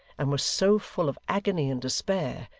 and was so full of agony and despair,